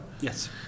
Yes